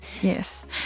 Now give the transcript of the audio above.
Yes